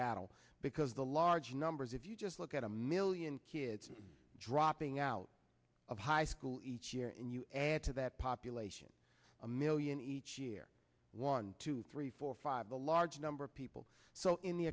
battle because the large numbers if you just look at a million kids dropping out of high school each year and you add to that population a million each year one two three four five a large number of people so in the